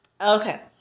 okay